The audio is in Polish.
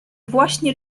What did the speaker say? właśnie